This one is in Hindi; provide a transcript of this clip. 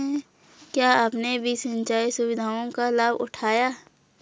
क्या आपने भी सिंचाई सुविधाओं का लाभ उठाया